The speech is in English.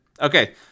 Okay